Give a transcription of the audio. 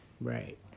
Right